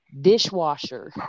dishwasher